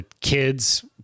kids